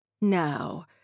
Now